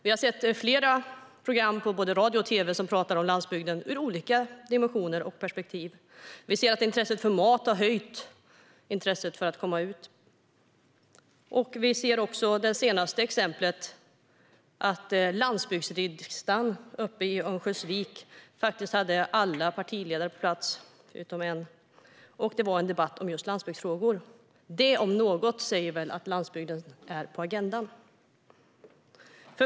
Det har varit flera program i både radio och tv som skildrar landsbygden ur olika dimensioner och perspektiv. Vi ser också att intresset för mat har höjt intresset för att komma ut på landsbygden. Det senaste exemplet var att landsbygdsriksdagen uppe i Örnsköldsvik faktiskt hade alla partiledare på plats utom en, och det var en debatt om just landsbygdsfrågor. Det om något säger väl att landsbygden är på agendan.